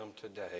today